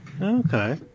okay